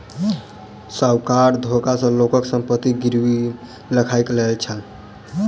साहूकार धोखा सॅ लोकक संपत्ति गिरवी राइख लय छल